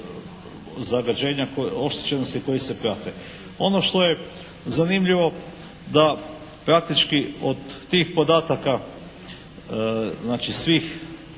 zagađenja, oštećenosti koji se prate. Ono što je zanimljivo da praktički od tih podataka, znači svih